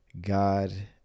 God